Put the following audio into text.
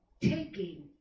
taking